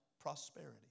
prosperity